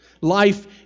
life